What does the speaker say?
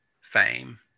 fame